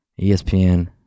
ESPN